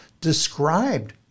described